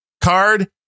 card